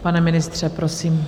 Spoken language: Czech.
Pane ministře, prosím.